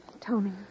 Tony